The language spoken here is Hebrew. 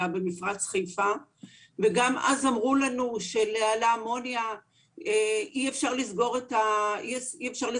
במפרץ חיפה וגם אז אמרו לנו שלאמוניה אי אפשר לסגור את המכל